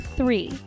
three